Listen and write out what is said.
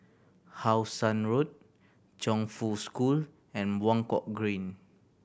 How Sun Road Chongfu School and Buangkok Green